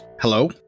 Hello